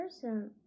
person